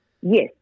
Yes